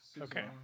Okay